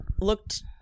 looked